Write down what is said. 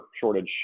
shortage